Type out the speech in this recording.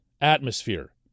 atmosphere